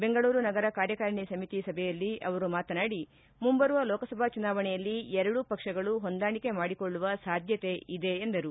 ಬೆಂಗಳೂರು ನಗರ ಕಾರ್ಯಕಾರಿಣಿ ಸಮಿತಿ ಸಭೆಯಲ್ಲಿ ಅವರು ಮಾತನಾಡಿ ಮುಂಬರುವ ಲೋಕಸಭಾ ಚುನಾವಣೆಯಲ್ಲಿ ಎರಡೂ ಪಕ್ಷಗಳು ಹೊಂದಾಣಿಕೆ ಮಾಡಿಕೊಳ್ಳುವ ಸಾಧ್ಯತೆ ಇದೆ ಎಂದರು